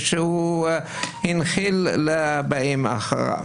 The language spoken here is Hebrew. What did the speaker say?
שהוא הנחיל לבאים אחריו.